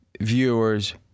viewers